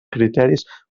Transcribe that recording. criteris